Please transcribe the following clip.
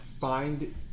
find